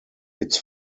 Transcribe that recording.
its